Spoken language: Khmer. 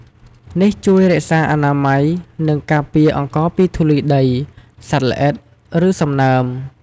នេះជួយរក្សាអនាម័យ និងការពារអង្ករពីធូលីដី សត្វល្អិត ឬសំណើម។